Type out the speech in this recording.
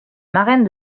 marraine